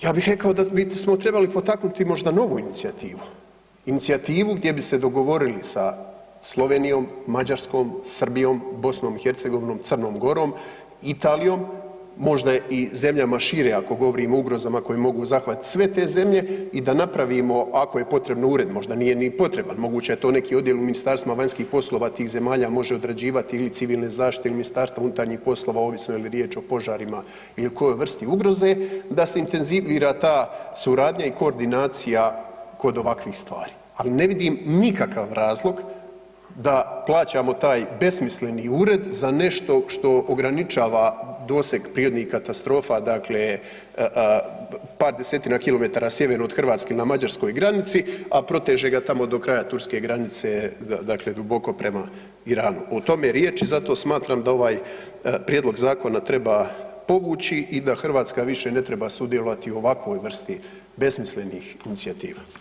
Ja bih rekao da u biti smo trebali potaknuti možda novu Inicijativu, Inicijativu gdje bi se dogovorili sa Slovenijom, Mađarskom, Srbijom, Bosnom i Hercegovinom, Crnom Gorom, Italijom, možda i zemljama šire ako govorimo o ugrozama koje mogu zahvatiti sve te zemlje, i da napravimo ako je potrebno Ured, možda nije ni potreban, moguće je to neki Odjel u Ministarstvima vanjskih poslova tih zemalja, može određivati ili civilne zaštite ili Ministarstva unutarnjih poslova, ovisno je li riječ o požarima ili kojoj vrsti ugroze, da se intenzivira ta suradnja i koordinacija kod ovakvih stvari, ali ne vidim nikakav razlog da plaćamo taj besmisleni Ured za nešto što ograničava doseg prirodnih katastrofa, dakle par desetina kilometara sjeverno od Hrvatske na mađarskoj granici, a proteže ga tamo do kraja turske granice, dakle duboko prema Iranu, o tom je riječ i zato smatram da ovaj Prijedlog zakona treba povući i da Hrvatska više ne treba sudjelovati u ovakvoj vrsti besmislenih Inicijativa.